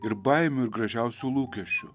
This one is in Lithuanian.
ir baimių ir gražiausių lūkesčių